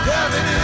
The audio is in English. Heaven